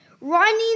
running